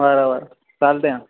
बरं बरं चालतय